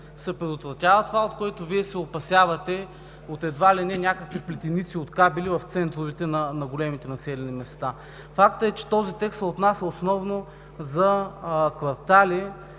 се предотвратява това, от което Вие се опасявате, от едва ли не някакви плетеници от кабели в центровете на големите населени места. Фактът е, че този текст се отнася основно за квартали,